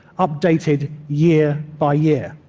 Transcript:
updated year by year.